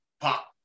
pop